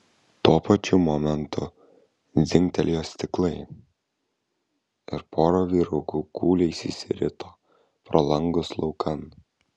tuo pačiu momentu dzingtelėjo stiklai ir pora vyrukų kūliais išsirito pro langus laukan